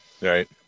Right